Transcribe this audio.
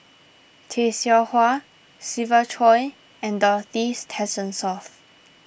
Tay Seow Huah Siva Choy and Dorothy